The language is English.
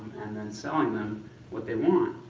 and then selling them what they want.